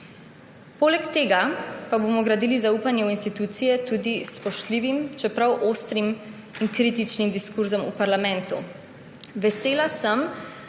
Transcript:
Poleg tega pa bomo gradili zaupanje v institucije tudi s spoštljivim, čeprav ostrim in kritičnim diskurzom v parlamentu. Vesela sem,